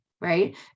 right